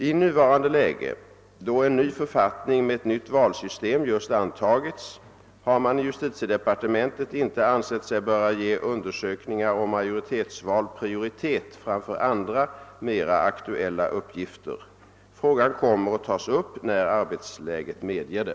I nuvarande läge, då en ny författning med ett nytt valsystem just antagits, har man i justitiedepartementet inte ansett sig böra ge undersökningar om majoritetsval prioritet framför andra, mera aktuella uppgifter. Frågan kommer att tas upp när arbetsläget medger det.